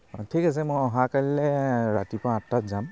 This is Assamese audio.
অঁ ঠিক আছে মই অহা কাইলৈ ৰাতিপুৱা আঠটাত যাম